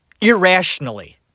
Irrationally